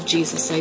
Jesus